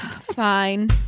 Fine